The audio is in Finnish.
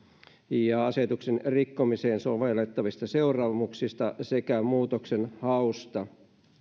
sekä asetuksen rikkomiseen sovellettavista seuraamuksista ja muutoksenhausta